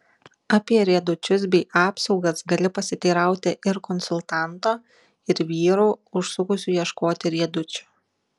apie riedučius bei apsaugas gali pasiteirauti ir konsultanto ir vyrų užsukusių ieškoti riedučių